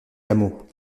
hameaux